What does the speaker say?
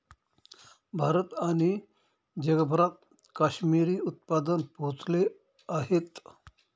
भारत आणि जगभरात काश्मिरी उत्पादन पोहोचले आहेत